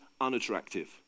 unattractive